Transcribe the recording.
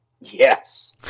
Yes